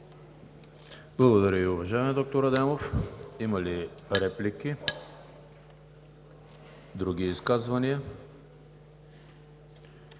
Благодаря Ви, уважаеми доктор Адемов. Има ли реплики? Няма. Други изказвания?